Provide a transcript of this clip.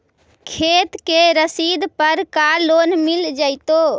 खेत के रसिद पर का लोन मिल जइतै?